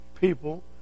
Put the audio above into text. people